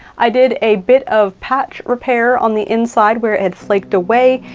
i did a bit of patch repair on the inside where it had flaked away,